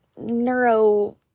neuro